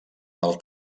pel